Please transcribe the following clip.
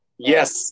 Yes